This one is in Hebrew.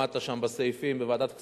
למטה שם בסעיפים בוועדת הכספים,